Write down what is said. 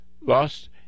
lost